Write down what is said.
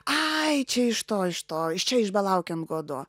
ai čia iš to iš to iš čia iš belaukiant godo